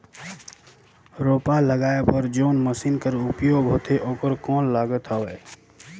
रोपा लगाय बर जोन मशीन कर उपयोग होथे ओकर कौन लागत हवय?